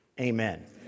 Amen